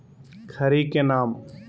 खड़ी के नाम?